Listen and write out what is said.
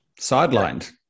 Sidelined